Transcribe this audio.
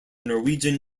norwegian